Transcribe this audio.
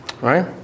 Right